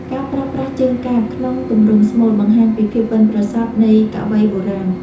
ការប្រើប្រាស់ជើងកាព្យក្នុងទំនុកស្មូត បង្ហាញពីភាពប៉ិនប្រសប់នៃកវីបុរាណ។